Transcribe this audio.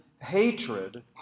hatred